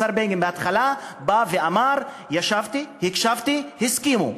השר בגין בהתחלה בא ואמר: ישבתי, הקשבתי, הסכימו.